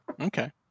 Okay